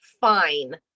fine